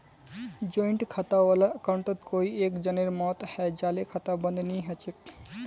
joint खाता वाला अकाउंटत कोई एक जनार मौत हैं जाले खाता बंद नी हछेक